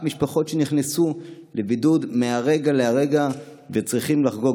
אף משפחות שנכנסו לבידוד מהרגע להרגע והם צריכים לחגוג